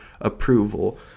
Approval